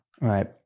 right